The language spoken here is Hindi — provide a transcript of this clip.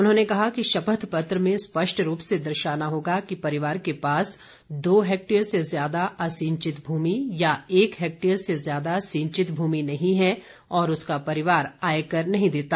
उन्होंने कहा कि शपथ पत्र में स्पष्ट रूप से दर्शाना होगा कि परिवार के पास दो हैक्टेयर से ज़्यादा असिंचित भूमि या एक हैक्टेयर से ज़्यादा सिंचित भूमि नहीं है और उसका परिवार आयकर नहीं देता